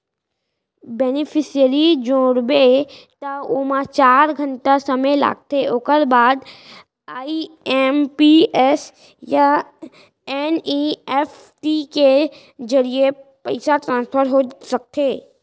beneficiary जोड़बे त ओमा चार घंटा समे लागथे ओकर बाद आइ.एम.पी.एस या एन.इ.एफ.टी के जरिए पइसा ट्रांसफर हो सकथे